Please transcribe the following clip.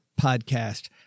podcast